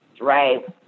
right